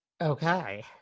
Okay